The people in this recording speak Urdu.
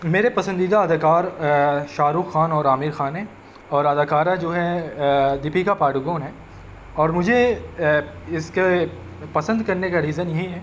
میرے پسندیدہ اداکار شاہ رخ خان اور عامر خان ہیں اور اداکارہ جو ہے دیپیکا پاڈوکون ہیں اور مجھے اس کے پسند کرنے کا ریزن یہی ہے